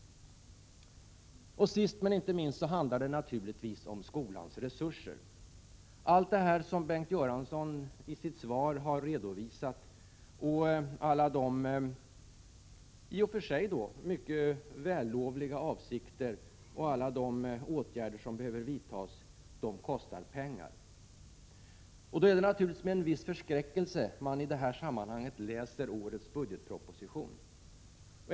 Sist men inte minst handlar det naturligtvis om skolans resurser. Allt detta som Bengt Göransson har redovisat i sitt svar, alla dessa i och för sig mycket vällovliga avsikter och alla de åtgärder som behöver vidtas, kostar pengar. Då är det naturligtvis med en viss förskräckelse man i detta sammanhang läser årets budgetproposition.